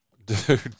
dude